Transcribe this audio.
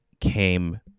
came